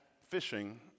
fishing